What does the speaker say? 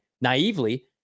naively